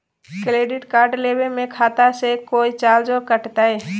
Credit card लेवे में खाता से कोई चार्जो कटतई?